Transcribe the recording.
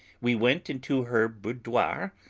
we went into her boudoir,